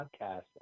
podcast